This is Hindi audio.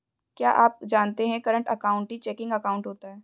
क्या आप जानते है करंट अकाउंट ही चेकिंग अकाउंट होता है